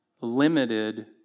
limited